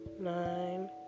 nine